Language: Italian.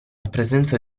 presenza